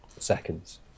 Seconds